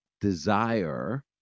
desire